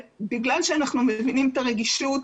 בגלל שאנחנו מבינים את הרגישות,